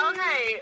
Okay